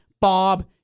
Bob